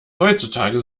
heutzutage